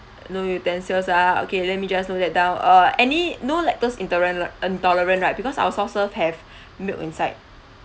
no utensils ah okay let me just note that down uh any no lactose intoleran~ intolerance right because our soft serve have milk inside